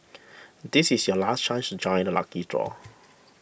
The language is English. this is your last chance to join the lucky draw